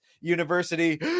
University